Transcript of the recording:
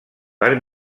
per